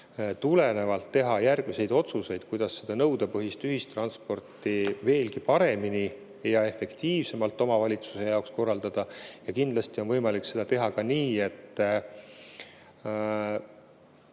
tulenevalt teha järgmisi otsuseid, kuidas nõudepõhist ühistransporti veelgi paremini ja efektiivsemalt omavalitsuse jaoks korraldada. Ja kindlasti on võimalik seda teha ka nii, et